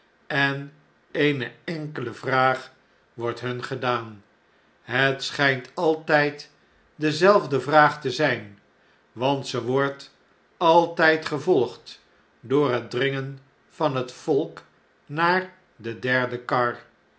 en eene enkele vraag wordt hun gedaan het schynt altyd dezelfde vraag te zyn want ze wordt altyd gevolgd door het dringen van het volk naar de derde kar